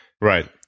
right